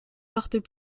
partent